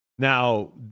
Now